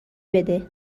بده